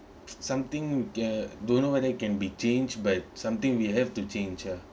something uh don't know whether can be changed but something we have to change ah